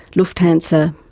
lufthansa,